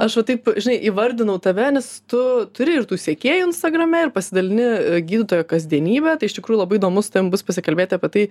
aš va taip žinai įvardinau tave nes tu turi ir tų sekėjų instagrame ir pasidalini gydytojo kasdienybe tai iš tikrųjų labai įdomu su tavim bus pasikalbėti apie tai